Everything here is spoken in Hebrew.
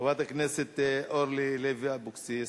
חברת הכנסת אורלי לוי אבקסיס,